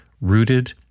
rooted